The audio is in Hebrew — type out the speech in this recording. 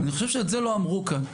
אני חושב שאת זה לא אמרו כאן.